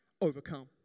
overcome